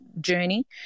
journey